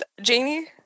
Jamie